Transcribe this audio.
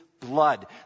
blood